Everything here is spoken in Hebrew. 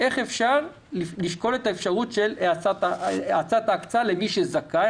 איך אפשר לשקול את האפשרות של האצת ההקצאה למי שזכאי,